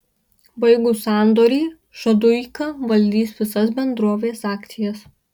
baigus sandorį šaduika valdys visas bendrovės akcijas